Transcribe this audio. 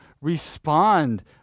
respond